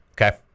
Okay